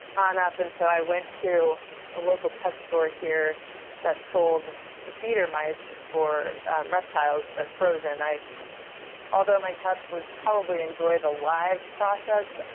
on up. and so i went to a local pet store here that sold the feeder mice for reptiles but frozen. although my cats would probably enjoy the live process,